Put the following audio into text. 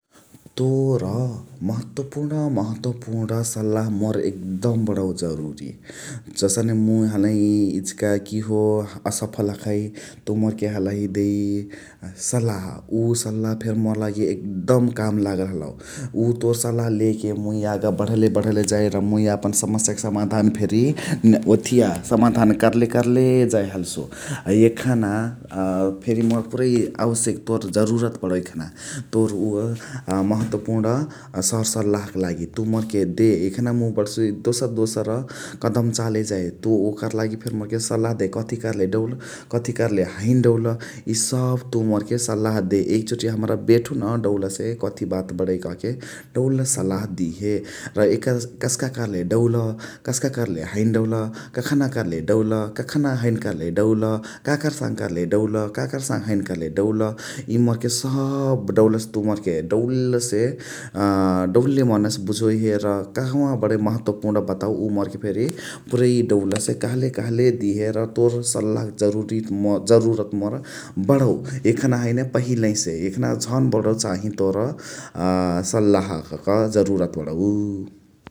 तोर महत्वपुर्ण महत्वपुर्ण सलाह मोर एकदम बणौ जरुरी । जसने मुइ हलही एचिका किहो असफल हखइ तुइ मोरके हलही देइ सलाह । उ सलाह फेरी मोर लागी एकदम काम लागल हलौ । उ तोर सलाह लेके मुइ यागा बण्हले बण्हले जाइ र मुइ यापन समस्याअक समाधान फेरी ओथिय समाधान करले करले जाइ हलसु । अ एखना फेरी मोर पुरै आवसके तोर जरुरत बणौ एखना । तोर उअ मह्त्वपुर्ण सरा सलाह क लागी तुइ मोरके दे एखना मुइ बणसु दोसर दोसर कदम चाले जाइ । उ ओकरा लागी फेरी सलाह दे कथी कर्ले डौल कथी कर्ले हैन डौल इ सब तुइ मोरके सलाह दे । एकचोटी हमरा बेठो न कथी बात बणै कहके डौलसे सलाह दिहे । र एकरके कस्का कर्ले डौल कस्का कर्ले हैने डौल कखना कर्ले डौल कखना हैने कर्ले डौल काकर साङे कर्ले डौल काकर साङे हैने कर्ले डौल इ मोरके सबह तुइ मोरके डौलसे तुइ मोरके डौलसे अ डौले मनसे बुझोहिहे र कहवा बणै महत्वपुण उ बतवा फेरी पुरै डहुलसे कहले कहले दिहे र । हसे तोर सलाह क जरुरी जरुरत बणौ एखन हैने पहिलहिसे । एखना झज बणौ चाहे तोर सलाहक जरुरत बणौ ।